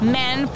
men